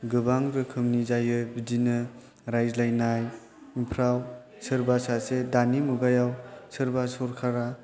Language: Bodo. गोबां रोखोमनि जायो बिदिनो रायज्लायनायफोराव सोरबा सासे दानि मुगायाव सोरबा सरखारा